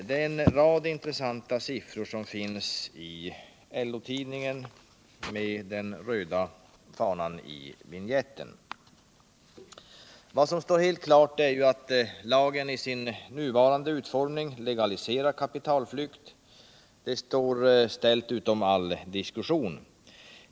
Det finns en rad intressanta siffror i LO-tidningen, med den röda fanan i vinjetten. At lagen i sin nuvarande utformning legaliserar kapitalflykt står svällt utom all diskussion.